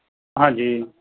ਹਾਂਜੀ